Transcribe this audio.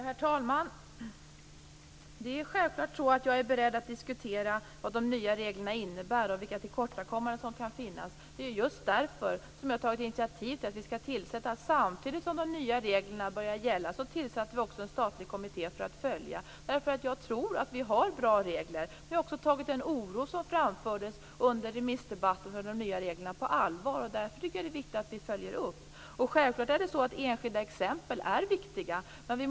Herr talman! Det är självklart att jag är beredd att diskutera vad de nya reglerna innebär och vilka tillkortakommanden som kan förekomma. Det är just därför som jag - samtidigt som de nya reglerna började gälla - har tagit initiativ till tillsättandet av en statlig kommitté som skall följa utvecklingen. Reglerna är bra. Vi har också tagit den oro som framfördes under remissdebatten om de nya reglerna på allvar. Därför är det viktigt med en uppföljning. Enskilda exempel är viktiga.